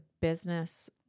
business